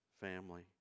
family